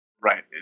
right